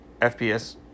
FPS